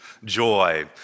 Joy